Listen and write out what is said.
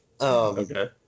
Okay